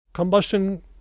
Combustion